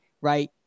right